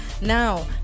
now